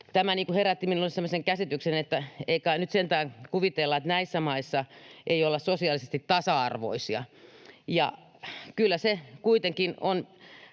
Tämä herätti minulle semmoisen käsityksen, että ei kai nyt sentään kuvitella, että näissä maissa ei olla sosiaalisesti tasa-arvoisia. Kyllä se kuitenkin on